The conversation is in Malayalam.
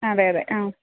അതെ അതെ ആ